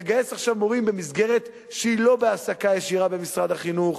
רוצים לגייס מורים במסגרת שהיא לא בהעסקה ישירה במשרד החינוך,